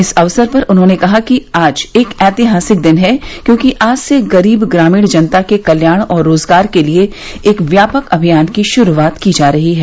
इस अवसर पर उन्होंने कहा कि आज एक ऐतिहासिक दिन है क्योंकि आज से गरीब ग्रामीण जनता के कल्याण और रोजगार के लिए एक व्यापक अभियान की शुरूआत की जा रही है